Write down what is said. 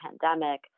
pandemic